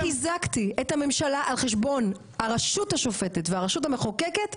אם אני הלכתי וחיזקתי את הממשלה על חשבון הרשות השופטת והרשות המחוקקת,